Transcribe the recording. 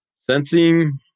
Sensing